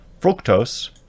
Fructose